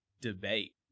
debate